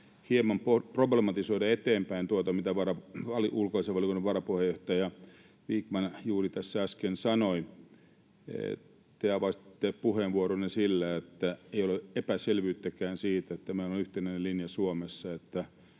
hieman problematisoida eteenpäin tuota, mitä ulkoasiainvaliokunnan varapuheenjohtaja Vikman juuri tässä äsken sanoi. Te avasitte puheenvuoronne sillä, että ei ole epäselvyyttäkään siitä, että meillä on yhtenäinen linja Suomessa, että